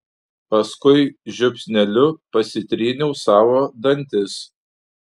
paskui žiupsneliu pasitryniau savo dantis